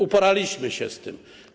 Uporaliśmy się z tym.